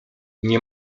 nie